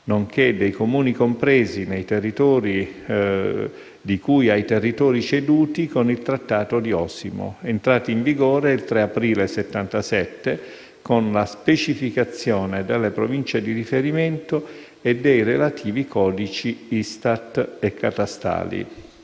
nonché dei Comuni compresi nei territori ceduti con il Trattato di Osimo, entrato in vigore il 3 aprile 1977, con la specificazione delle Province di riferimento e dei relativi codici ISTAT e catastali».